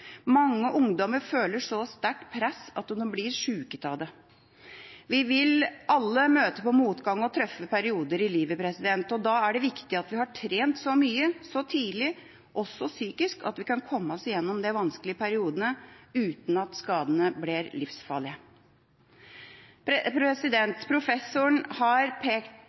Mange ungdommer føler et så sterkt press at de blir syke av det. Vi vil alle møte på motgang og tøffe perioder i livet. Da er det viktig at vi har trent så mye så tidlig, også psykisk, at vi kan komme oss gjennom de vanskelige periodene uten at skadene blir livsfarlige. Professor Fugelli har